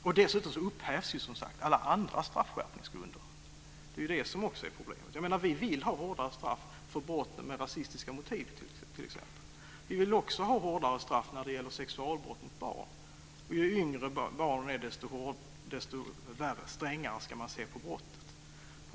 Det är också ett problem att alla andra straffskärpningsgrunder upphävs. Vi vill ha hårdare straff för brott med rasistiska motiv, t.ex. Vi vill också ha hårdare straff när det gäller sexualbrott mot barn. Ju yngre barnen är desto strängare ska man se på brottet.